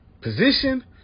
position